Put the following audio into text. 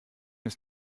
ist